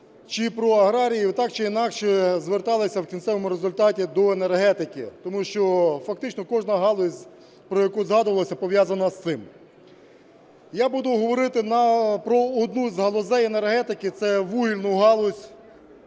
чи про аграріїв, так чи інакше зверталися в кінцевому результаті до енергетики, тому що фактично кожна галузь, про яку згадувалося, пов'язана з цим. Я буду говорити про одну з галузей енергетики – це вугільну галузь,